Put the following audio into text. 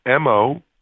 MO